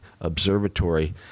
observatory